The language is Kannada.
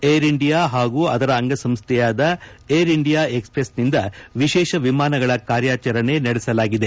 ಏರ್ಇಂಡಿಯಾ ಹಾಗೂ ಅದರ ಅಂಗ ಸಂಸ್ಥೆಯಾದ ಏರ್ ಇಂಡಿಯಾ ಎಕ್ಸ್ಪ್ರೆಸ್ನಿಂದ ವಿಶೇಷ ವಿಮಾನಗಳ ಕಾರ್ಯಾಚರಣೆ ನಡೆಸಲಾಗಿದೆ